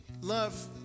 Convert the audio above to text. love